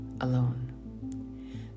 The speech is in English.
alone